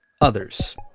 others